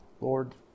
Lord